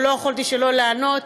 ולא יכולתי שלא לענות.